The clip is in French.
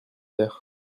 faire